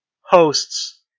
hosts